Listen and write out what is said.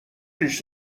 ریش